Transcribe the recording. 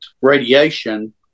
radiation